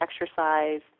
exercise